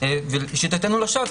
הסוגיה שהעלה חבר הכנסת מקלב היא ברורה.